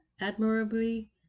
admirably